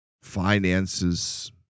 finances